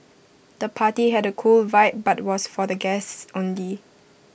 the party had A cool vibe but was for the guests only